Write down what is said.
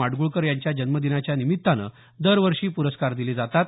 माडगुळकर यांच्या जन्मदिनाच्या निमित्ताने दरवर्षी प्रस्कार दिले जातात